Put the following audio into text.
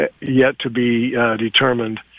yet-to-be-determined